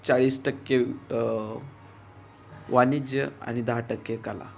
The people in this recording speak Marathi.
चाळीस टक्के वाणिज्य आणि दहा टक्के कला